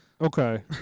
Okay